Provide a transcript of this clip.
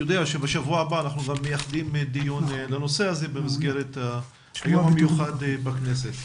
נייחד דיון לנושא הזה במסגרת היום המיוחד בכנסת.